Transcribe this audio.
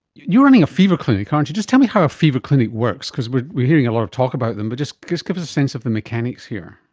you're running a fever clinic, aren't you. just tell me how a fever clinic works, because we are hearing a lot of talk about them but just just give us a sense of the mechanics here.